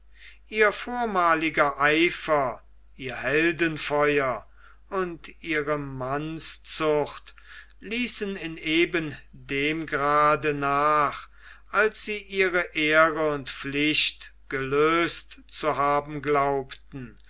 ihr vormaliger eifer ihr heldenfeuer und ihre mannszucht ließen in eben dem grade nach als sie ihre ehre und pflicht gelöst zu haben glaubten